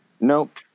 Nope